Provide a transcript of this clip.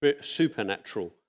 supernatural